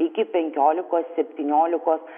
iki penkiolikos septyniolikos